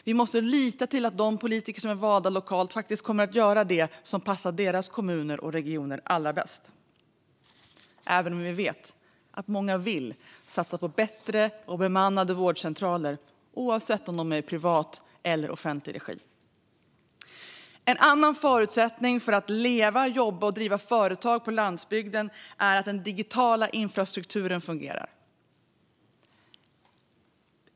Vi måste lita på att de politiker som är valda lokalt faktiskt kommer att göra det som passar deras kommuner och regioner allra bäst, även om vi vet att många vill satsa på bättre och bemannade vårdcentraler oavsett om de är i privat eller offentlig regi. En annan förutsättning för att människor ska kunna leva, jobba och driva företag på landsbygden är att den digitala infrastrukturen fungerar.